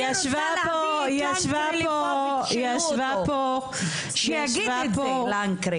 אני רוצה להביא לכאן את לנקרי